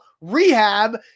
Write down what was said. rehab